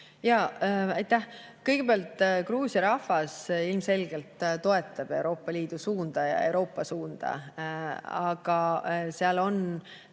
Aitäh! Kõigepealt, Gruusia rahvas ilmselgelt toetab Euroopa Liidu suunda ja Euroopa suunda, aga seal on